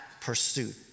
pursuit